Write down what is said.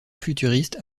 futuriste